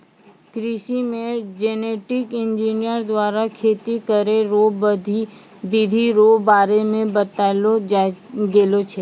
कृषि मे genetic engineer द्वारा खेती करै रो बिधि रो बारे मे बतैलो गेलो छै